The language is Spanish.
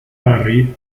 barry